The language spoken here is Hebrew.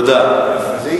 תודה רבה.